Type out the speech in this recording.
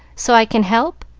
so i can help?